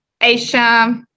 Asia